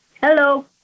Hello